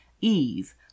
Eve